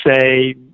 say